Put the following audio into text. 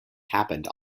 happened